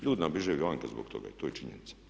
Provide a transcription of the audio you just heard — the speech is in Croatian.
Ljudi nam bježe vanka zbog toga i to je činjenica.